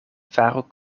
faru